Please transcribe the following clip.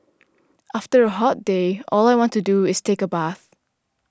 after a hot day all I want to do is take a bath